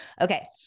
Okay